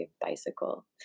bicycle